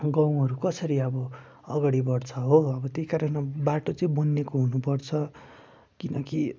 गाउँहरू कसरी अब अगाडि बड्छ हो अब त्यही कारण अब बाटो चाहिँ बनिएको हुनुपर्छ किनकि